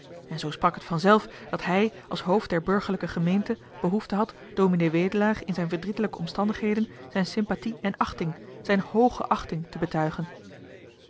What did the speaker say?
en zoo sprak het vanzelf dat hij als hoofd der burgerlijke gemeente behoefte had ds wedelaar in deze verdrietelijke omstandigheden zijn sympathie en achting zijn hge achting te betuigen